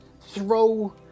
throw